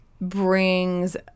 brings